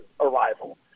arrival